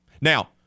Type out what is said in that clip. Now